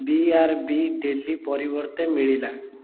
ବି R B daily ପରିବର୍ତ୍ତେ ମିଳିଲା